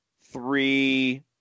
three